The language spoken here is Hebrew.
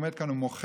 עומד כאן ומוחה,